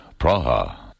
Praha